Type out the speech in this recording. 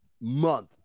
month